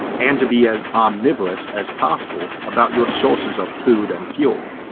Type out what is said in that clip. and to be as omnivorous as possible about your sources of food and fuel.